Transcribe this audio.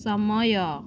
ସମୟ